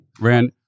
ran